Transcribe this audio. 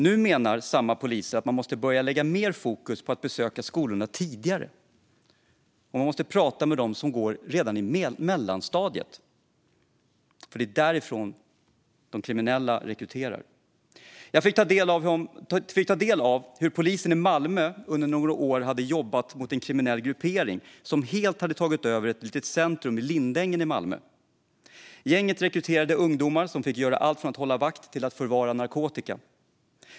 Nu menar samma poliser att mer fokus måste läggas på att besöka skolorna tidigare och prata med elever redan i mellanstadiet, för det är därifrån de kriminella nu rekryterar. Jag fick ta del av hur polisen i Malmö under några år hade jobbat mot en kriminell gruppering som helt hade tagit över ett litet centrum i Lindängen i Malmö. Gänget rekryterade ungdomar som fick göra allt från att hålla vakt till att förvara narkotika.